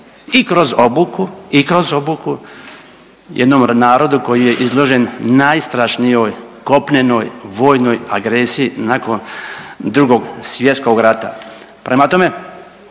i kroz obuku jednom narodu koji je izložen najstrašnijoj kopnenoj vojnoj agresiji nakon Drugog svjetskog rata. Prema tome,